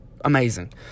amazing